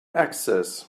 access